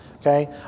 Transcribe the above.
Okay